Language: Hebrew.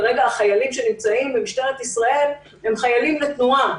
כרגע החיילים שנמצאים במשטרת ישראל הם חיילים בתנועה.